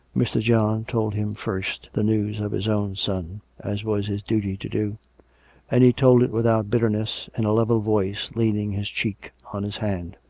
mr. john told him first the news of his own son, as was his duty to do and he told it without bitterness, in a level voice, leaning his cheek on his hand.